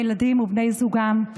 הילדים ובני זוגם: